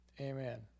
Amen